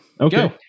Okay